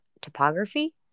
topography